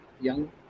young